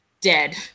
dead